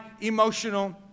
emotional